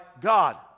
God